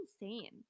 insane